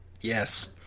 yes